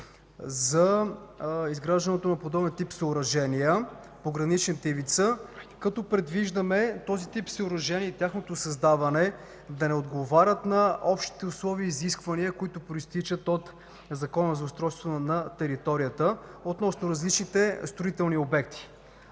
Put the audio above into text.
за изграждането на подобен тип съоръжения по граничната ивица, като предвиждаме този тип съоръжения и тяхното създаване да не отговарят на общите условия и изисквания, които произтичат от Закона за устройството на територията, относно различните строителни обекти.